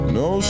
no